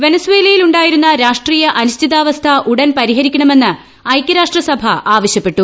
വെനസ്വേലയിലുണ്ടായിരുന്ന രാഷ്ട്രീയ അനിശ്ചിതാവസ്ഥ ഉടൻ പരിഹരിക്കണമെന്ന് ഐക്യരാഷ്ട്ര സഭ ആവശ്യപ്പെട്ടു